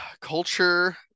culture